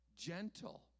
gentle